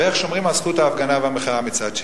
ואיך שומרים על זכות ההפגנה והמחאה מצד שני.